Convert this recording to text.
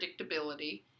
predictability